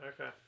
Okay